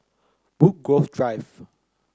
Woodgrove Drive